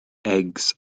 eggs